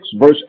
verse